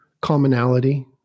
commonality